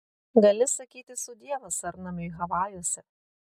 gali sakyti sudie vasarnamiui havajuose